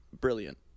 Brilliant